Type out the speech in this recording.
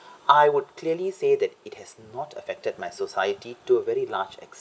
I would clearly say that it has not affected my society to a very large